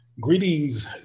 Greetings